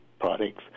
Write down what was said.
products